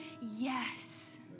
yes